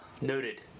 noted